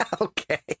okay